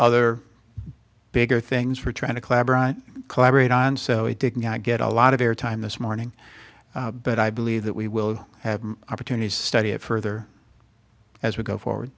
other bigger things for trying to collaborate collaborate on so it did not get a lot of airtime this morning but i believe that we will have an opportunity to study it further as we go forward